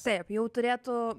taip jau turėtų